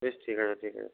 বেশ ঠিক আছে ঠিক আছে ঠিক আছে